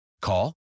Call